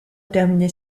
terminé